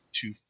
two